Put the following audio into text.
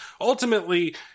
ultimately